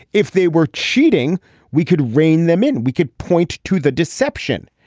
if they were cheating we could rein them in. we could point to the deception.